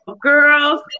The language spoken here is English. girls